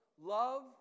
Love